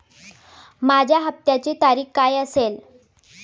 माझ्या हप्त्याची तारीख काय असेल?